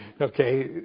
Okay